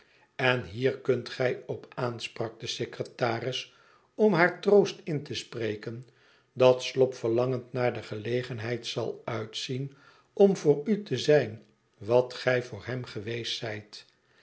n hier kunt gij op aan sprak de secretaris om haar troost in te spreken idat slop verlangend naar de gelegenheid zal uitzien om voor u te zijn wat gij voor hem geweest zijt